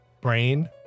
brain